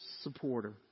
supporter